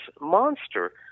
monster